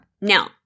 now